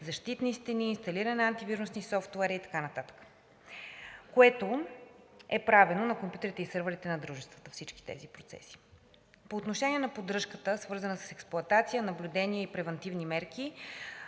защитни стени, инсталиране на антивирусни софтуери и така нататък, което е правено на компютрите и сървърите на дружеството – всички тези процеси. По отношение на поддръжката, свързана с експлоатация, наблюдение и превантивни мерки,